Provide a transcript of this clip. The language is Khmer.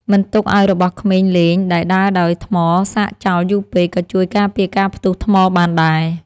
មិនទុកឱ្យរបស់ក្មេងលេងដែលដើរដោយថ្មសាកចោលយូរពេកក៏ជួយការពារការផ្ទុះថ្មបានដែរ។